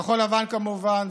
כמובן,